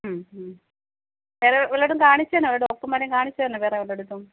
മ്മ് മ്മ് വേറെ വല്ലയിടവും കാണിച്ചിനോ ഡോക്ടർമാരെ കാണിച്ചിനോ വേറെ വല്ലയിടത്തും